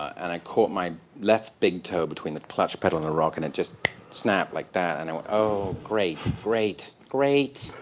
and i caught my left big toe between the clutch pedal and the rock and it just snapped like that. and i went, oh, great. great. great.